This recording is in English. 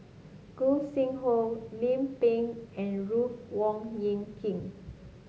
Gog Sing Hooi Lim Pin and Ruth Wong Hie King